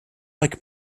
like